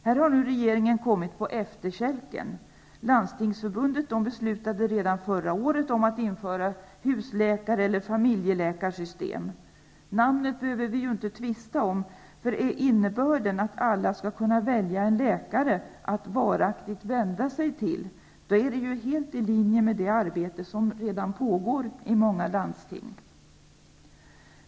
Här har regeringen kommit på efterkälken. Landstingsförbundet beslutade redan förra året att införa husläkar eller familjeläkarsystem. Namnet behöver vi ju inte tvista om. Om innebörden är att alla skall kunna välja en läkare att varaktigt vända sig till, är det helt i linje med det arbete som redan pågår i många landsting.